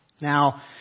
Now